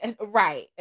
Right